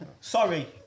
Sorry